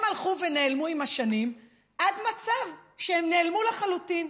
הם הלכו ונעלמו עם השנים עד מצב שהם נעלמו לחלוטין.